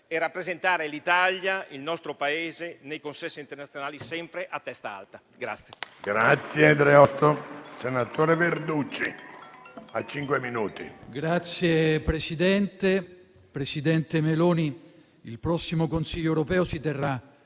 nel rappresentare l'Italia, il nostro Paese, nei consessi internazionali, sempre a testa alta.